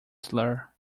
slur